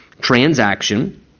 transaction